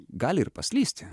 gali ir paslysti